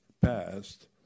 passed